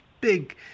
big